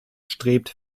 strebt